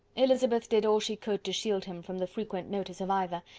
elizabeth did all she could to shield him from the frequent notice of either,